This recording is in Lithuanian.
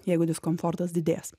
jeigu diskomfortas didės